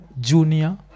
junior